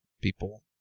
People